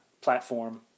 platform